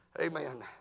Amen